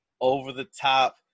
over-the-top